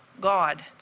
God